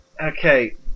Okay